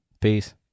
Peace